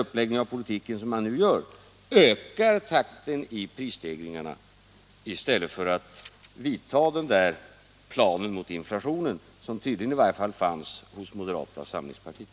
Herr Bohman vet mycket väl att den nuvarande uppläggningen av politiken ökar takten i prisstegringarna i stället för att minska den, som man skulle kunna göra om man arbetade efter den plan mot inflationen som tydligen fanns åtminstone hos moderata samlingspartiet.